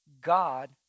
God